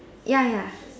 ya ya